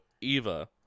Eva